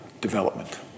development